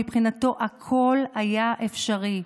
מבחינתו הכול היה אפשרי.